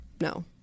No